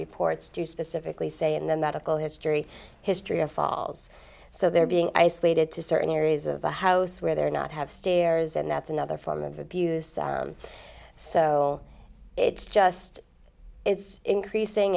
reports to specifically say and then that recall history history of falls so they're being isolated to certain areas of the house where they're not have stairs and that's another form of abuse so it's just it's increasing